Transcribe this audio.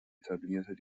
etablierte